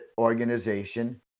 organization